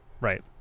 right